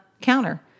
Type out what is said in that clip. counter